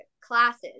classes